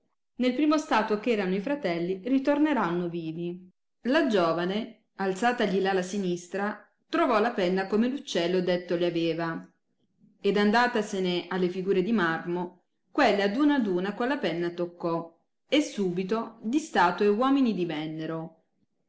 nel primo stato eh erano i fratelli ritorneranno vivi la giovane alzatagli l ala sinistra trovò la penna come l uccello detto le aveva ed andatasene alle figure di marmo quelle ad una ad una con la penna toccò e subito di statue uomini divennero